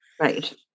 Right